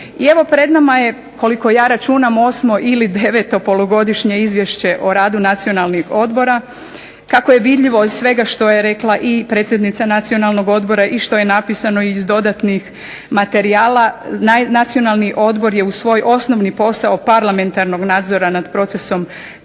I evo pred nama je koliko ja računam osmo ili deveto polugodišnje izvješće o radu nacionalnih odbora. Kako je vidljivo iz svega što je rekla i predsjednica Nacionalnog odbora i što je napisano iz dodatnih materijala Nacionalni odbor je u svoj osnovni posao parlamentarnog nadzora nad procesom